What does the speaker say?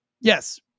yes